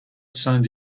saint